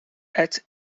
acted